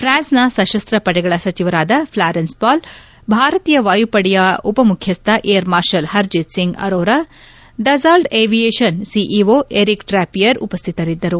ಪ್ರಾನ್ಗೆನ ಸಶಸ್ತ ಪಡೆಗಳ ಸಚಿವರಾದ ಫ್ಲಾರೆನ್ಸ್ ಪಾರ್ಲಿ ಭಾರತೀಯ ವಾಯುಪಡೆಯ ಉಪಮುಖ್ಯಸ್ವ air marshal Harjit Singh Arora Dassault aviation CEO Eric Trappier ಉಪಸ್ಟಿತರಿದ್ದರು